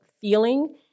feeling